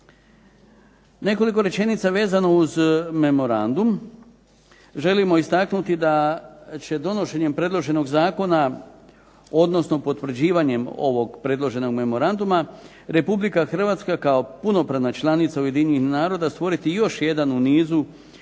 Nekoliko rečenica vezano uz memorandum. Želimo istaknuti da će donošenjem predloženog zakona, odnosno potvrđivanjem ovog predloženog memoranduma Republika Hrvatska kao punopravna članica Ujedinjenih naroda stvoriti još jedan u nizu